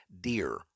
deer